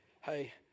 hey